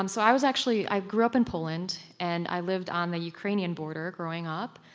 um so i was actually. i grew up in poland, and i lived on the ukrainian border growing up,